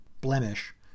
blemish